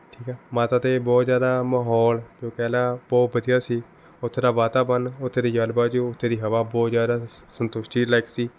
ਠੀਕ ਆ ਮਾਤਾ 'ਤੇ ਬਹੁਤ ਜ਼ਿਆਦਾ ਮਾਹੌਲ ਕਹਿ ਲਾ ਬਹੁਤ ਵਧੀਆ ਸੀ ਉੱਥੇ ਦਾ ਵਾਤਾਵਰਨ ਉੱਥੇ ਦੀ ਜਲਵਾਯੂ ਉੱਥੇ ਦੀ ਹਵਾ ਬਹੁਤ ਜ਼ਿਆਦਾ ਸ ਸੰਤੁਸ਼ਟੀ ਲਾਇਕ ਸੀ